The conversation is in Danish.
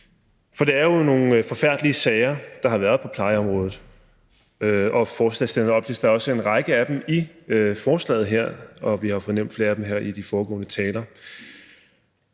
Det er jo nogle forfærdelige sager, der har været på plejeområdet, og forslagsstillerne oplister også en række af dem i forslaget her, og vi har fået nævnt flere af dem her i de foregående taler.